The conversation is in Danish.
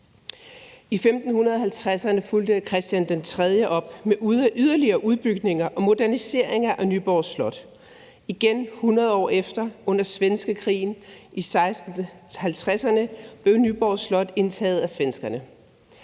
i 1550'erne fulgte kong Christian 3. op med yderligere udbygninger og moderniseringer af Nyborg Slot. 100 år senere, under svenskekrigene i 1650'erne, blev Nyborg Slot indtaget af svenskerne.